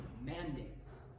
mandates